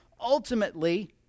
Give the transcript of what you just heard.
ultimately